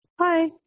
hi